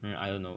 mm I don't know